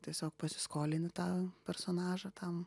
tiesiog pasiskolinti tą personažą tam